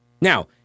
Now